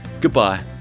Goodbye